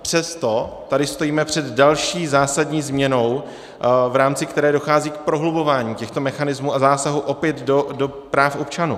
Přesto tady stojíme před další zásadní změnou, v rámci které dochází k prohlubování těchto mechanismů a zásahů opět do práv občanů.